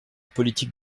politique